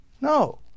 No